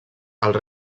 els